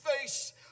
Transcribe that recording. face